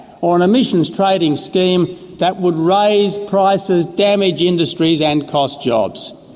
or an emissions trading scheme that would raise prices, damage industries and cost jobs.